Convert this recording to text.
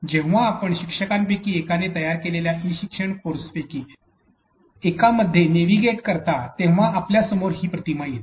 जेव्हा आपण शिक्षकांपैकी एकाने तयार केलेल्या ई शिक्षण कोर्सपैकी एकामध्ये नेव्हिगेट करता तेव्हा आपल्या समोर ही प्रतिमा येते